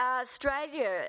Australia